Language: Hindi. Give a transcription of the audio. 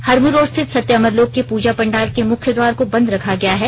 हरमू रोड स्थित सत्य अमर लोक के पूजा पंडाल के मुख्य द्वार को बंद रखा गया है